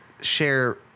share